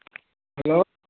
hello